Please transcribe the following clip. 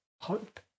hope